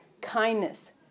kindness